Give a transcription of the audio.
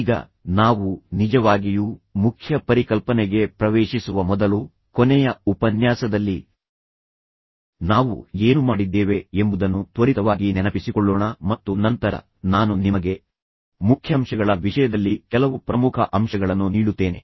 ಈಗ ನಾವು ನಿಜವಾಗಿಯೂ ಮುಖ್ಯ ಪರಿಕಲ್ಪನೆಗೆ ಪ್ರವೇಶಿಸುವ ಮೊದಲು ಕೊನೆಯ ಉಪನ್ಯಾಸದಲ್ಲಿ ನಾವು ಏನು ಮಾಡಿದ್ದೇವೆ ಎಂಬುದನ್ನು ತ್ವರಿತವಾಗಿ ನೆನಪಿಸಿಕೊಳ್ಳೋಣ ಮತ್ತು ನಂತರ ನಾನು ನಿಮಗೆ ಮುಖ್ಯಾಂಶಗಳ ವಿಷಯದಲ್ಲಿ ಕೆಲವು ಪ್ರಮುಖ ಅಂಶಗಳನ್ನು ನೀಡುತ್ತೇನೆ